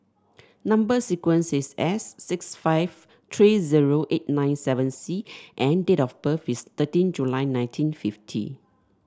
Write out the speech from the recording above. number sequence is S six five three zero eight nine seven C and date of birth is thirteen July nineteen fifty